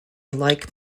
like